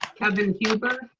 kevin huber.